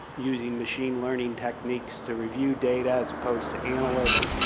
using machine learning techniques to review data as opposed to analysts,